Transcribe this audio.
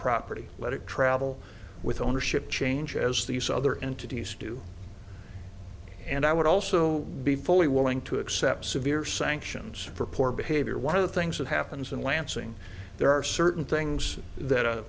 property let it travel with ownership change as these other entities do and i would also be fully willing to accept severe sanctions for poor behavior one of the things that happens in lansing there are certain things that